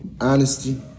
Honesty